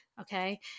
Okay